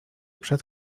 przed